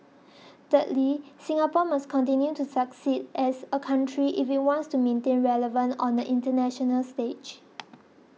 thirdly Singapore must continue to succeed as a country if it wants to remain relevant on the international stage